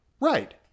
Right